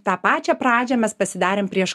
tą pačią pradžią mes pasidarėm prieš